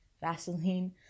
Vaseline